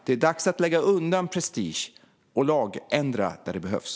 Det är dags att lägga undan prestigen och lagändra där det behövs.